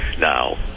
now